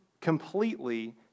completely